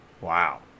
Wow